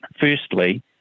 firstly